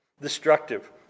destructive